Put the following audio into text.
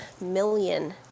million